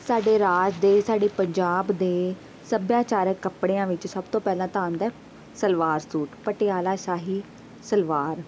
ਸਾਡੇ ਰਾਜ ਦੇ ਸਾਡੇ ਪੰਜਾਬ ਦੇ ਸੱਭਿਆਚਾਰਕ ਕੱਪੜਿਆਂ ਵਿੱਚ ਸਭ ਤੋਂ ਪਹਿਲਾਂ ਤਾਂ ਆਉਂਦਾ ਸਲਵਾਰ ਸੂਟ ਪਟਿਆਲਾ ਸ਼ਾਹੀ ਸਲਵਾਰ